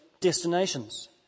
destinations